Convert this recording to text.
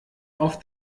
auf